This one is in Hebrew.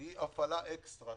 היא הפעלה אקסטרה,